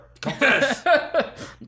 Confess